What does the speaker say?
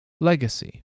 Legacy